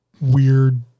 weird